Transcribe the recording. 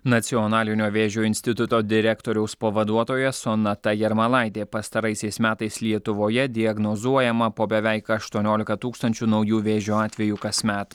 nacionalinio vėžio instituto direktoriaus pavaduotoja sonata jarmalaitė pastaraisiais metais lietuvoje diagnozuojama po beveik aštuoniolika tūkstančių naujų vėžio atvejų kasmet